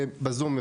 בזום,